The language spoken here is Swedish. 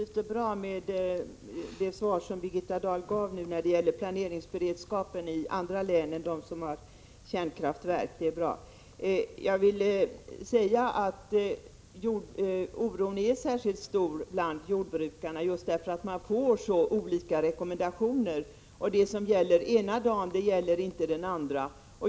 Herr talman! Det svar Birgitta Dahl gav nu när det gäller planeringsberedskapen i andra län än dem som har kärnkraftverk är positivt och bra. Jag vill säga att oron är särskilt stor just bland jordbrukarna därför att de får så olika rekommendationer. Det som gäller den ena dagen gäller inte den andra.